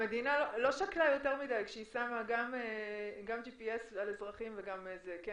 המדינה לא שקלה יותר מדי כשהיא שמה גם GPS על אזרחים אני